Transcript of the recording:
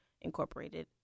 incorporated